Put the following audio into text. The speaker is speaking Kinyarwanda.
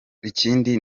ikindi